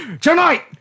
Tonight